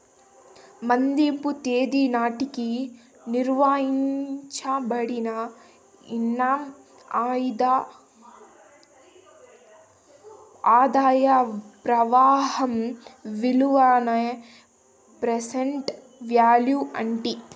మదింపు తేదీ నాటికి నిర్వయించబడిన ఇన్కమ్ ఆదాయ ప్రవాహం విలువనే ప్రెసెంట్ వాల్యూ అంటీ